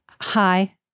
hi